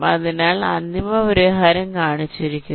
അതിനാൽ അന്തിമ പരിഹാരം കാണിച്ചിരിക്കുന്നു